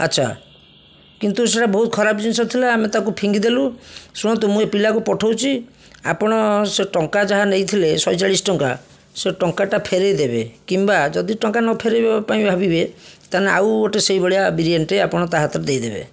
ଆଚ୍ଛା କିନ୍ତୁ ସେଇଟା ବହୁତ ଖରାପ ଜିନିଷଥିଲା ଆମ ତାକୁ ଫିଙ୍ଗିଦେଲୁ ଶୁଣନ୍ତୁ ମୁଁ ଏ ପିଲାକୁ ପଠଉଛି ଆପଣ ସେ ଟଙ୍କା ଯାହାନେଇଥିଲେ ଶହେଚାଳିଶଟଙ୍କା ସେ ଟଙ୍କାଟା ଫେରାଇଦେବେ କିମ୍ବା ଯଦି ଟଙ୍କା ନ ଫେରାଇବାପାଇଁ ଭାବିବେ ତାହାଲେ ଆଉ ଗୋଟେ ସେଇଭଳିଆ ବିରିୟାନୀଟେ ଆପଣ ତା ହାତର ଦେଇଦେବେ